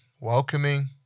welcoming